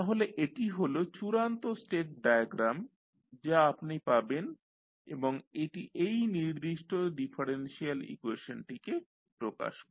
তাহলে এটি হলো চূড়ান্ত স্টেট ডায়াগ্রাম যা আপনি পাবেন এবং এটি এই নির্দিষ্ট ডিফারেন্সিয়াল ইকুয়েশনটিকে প্রকাশ করে